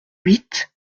huit